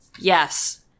Yes